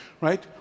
Right